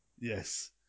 Yes